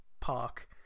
park